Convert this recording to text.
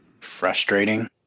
Frustrating